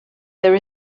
there